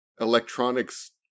electronics